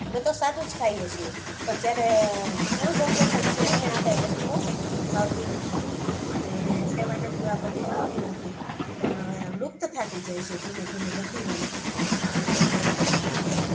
અમે તો સાદું જ ખાઈએ છીએ પણ જ્યારે ન્યુ જનરેશન છે એને આ કાંઈ વસ્તુ ભાવતી નથી અને એટલે વાનગીઓ આ બધી બનતી નથી પણ હવે લુપ્ત થતી જાય છે ધીમે ધીમે બધી વાનગીઓ જય હિન્દ